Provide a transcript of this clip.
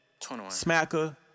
smacker